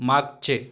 मागचे